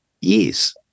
Yes